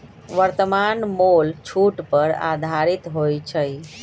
वर्तमान मोल छूट पर आधारित होइ छइ